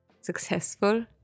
successful